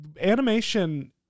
animation